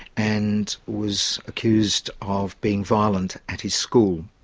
and was accused of being violent at his school.